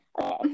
okay